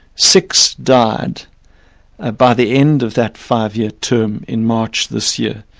six died ah by the end of that five-year term in march this year,